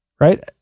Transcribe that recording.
Right